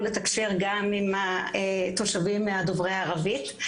לתקשר גם עם התושבים דוברי הערבית,